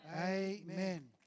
Amen